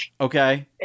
Okay